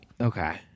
Okay